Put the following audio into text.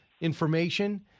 information